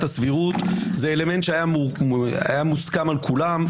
הסבירות זה אלמנט שהיה מוסכם על כולם.